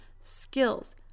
skills